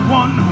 one